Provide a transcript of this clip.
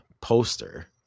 poster